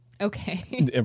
Okay